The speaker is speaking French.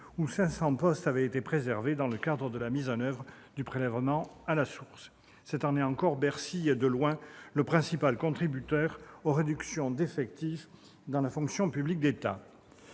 où 500 postes avaient été « préservés » dans le cadre de la mise en oeuvre du prélèvement à la source. Cette année encore, Bercy est de loin le principal contributeur aux réductions d'effectifs dans la fonction publique d'État.